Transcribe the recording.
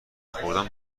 خوردن